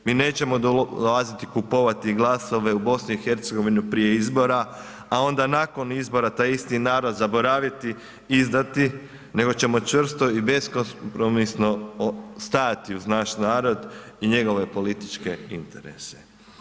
Mi nećemo dolaziti kupovati glasove u BiH prije izbora, a onda nakon izbora taj isti narod zaboraviti, izdati, nego ćemo čvrsto i beskompromisno stajati uz naš narod i njegove političke interese.